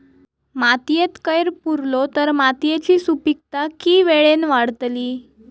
मातयेत कैर पुरलो तर मातयेची सुपीकता की वेळेन वाडतली?